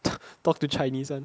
talk to chinese [one]